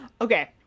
Okay